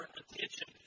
attention